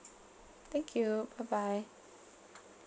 thank you bye bye